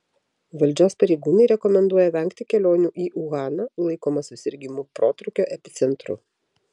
valdžios pareigūnai rekomenduoja vengti kelionių į uhaną laikomą susirgimų protrūkio epicentru